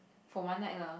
for one night lah